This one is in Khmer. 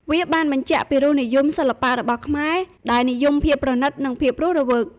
វាបានបញ្ជាក់ពីរសនិយមសិល្បៈរបស់ខ្មែរដែលនិយមភាពប្រណិត និងភាពរស់រវើក។